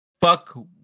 Fuck